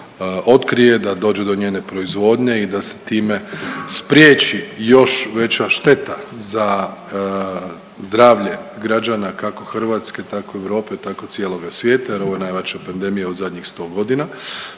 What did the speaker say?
otkrije, da dođe do njene proizvodnje i da se time spriječi još veća šteta za zdravlje građana kako Hrvatske, tako i Europe, tako i cijeloga svijeta jer ovo je najveća pandemija u zadnjih sto godina.